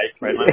right